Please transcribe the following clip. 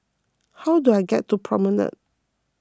how do I get to Promenade